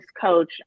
coach